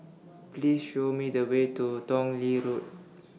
Please Show Me The Way to Tong Lee Road